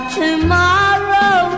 tomorrow